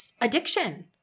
addiction